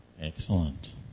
Excellent